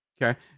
Okay